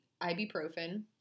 ibuprofen